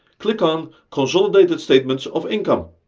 click on consolidated statements of income.